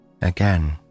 Again